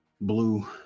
blue